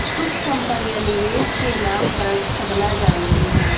कुछ कंपनियां निवेश के नाम पर ठगना जानती हैं